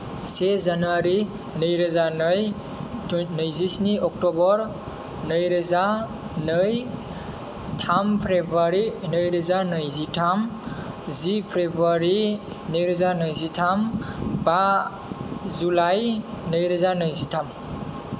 से जानुवारी नैरोजा नै नैजिस्नि अक्ट'बर नैरोजा नै थाम फेब्रुवारी नैरोजा नैजिथाम जि फेब्रुवारी नैरोजा नैजिथाम बा जुलाई नैरोजा नैजिथाम